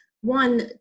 one